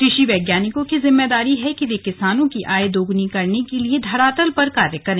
कृषि वैज्ञानिकों की जिम्मेदारी है कि वे किसानों की आय दोगुनी करने के लिए धरातल पर कार्य करे